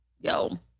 yo